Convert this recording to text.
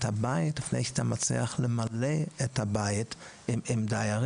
הבית לפני שאתה מצליח למלא את הבית בדיירים,